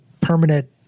permanent